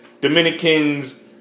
Dominicans